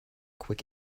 quick